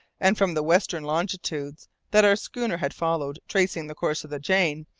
and from the western longitudes that our schooner had followed tracing the course of the jane,